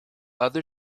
other